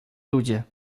ludzie